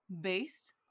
based